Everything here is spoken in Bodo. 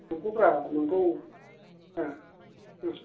नंगौब्रा नंगौ